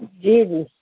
जी जी